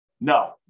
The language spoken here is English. No